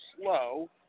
slow